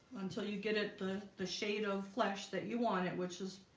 until you get it the the shade of flesh that you want it, which is